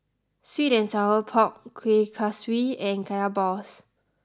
Sweet and Sour Pork Kueh Kaswi and Kaya Balls